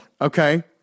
Okay